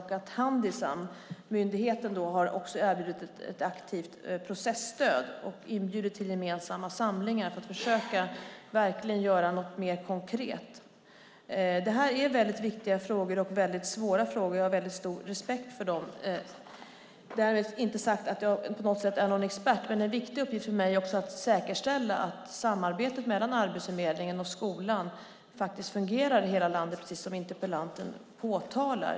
Handisam, myndigheten, har erbjudit ett aktivt processtöd och inbjudit till gemensamma samlingar för att försöka att verkligen göra något mer konkret. Det här är väldigt viktiga och svåra frågor, och jag har stor respekt för dem - därmed inte sagt att jag är någon expert. Men en viktig uppgift för mig är att säkerställa att samarbetet mellan Arbetsförmedlingen och skolan fungerar i hela landet, precis som interpellanten påpekar.